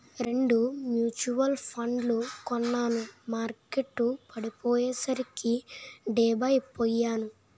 రెండు మ్యూచువల్ ఫండ్లు కొన్నాను మార్కెట్టు పడిపోయ్యేసరికి డెబ్బై పొయ్యాను